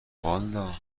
والا، اگه